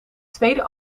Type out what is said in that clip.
tweede